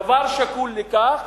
הדבר שקול לכך